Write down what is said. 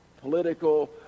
political